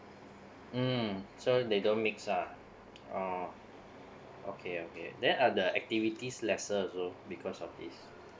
mm so they don't mix ah oh okay okay then are the activities lesser also because of this